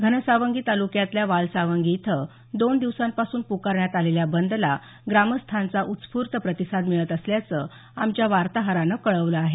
घनसावंगी तालुक्यातल्या वालसावंगी इथं दोन दिवसांपासून पुकारण्यात आलेल्या बंदला ग्रामस्थांचा उत्स्फूर्त प्रतिसाद मिळत असल्याचं आमच्या वार्ताहरानं कळवलं आहे